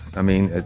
i mean,